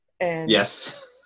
Yes